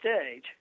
stage